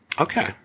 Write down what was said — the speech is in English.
Okay